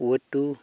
ৱেটতো